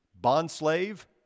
bondslave